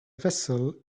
vessel